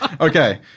Okay